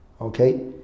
Okay